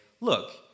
look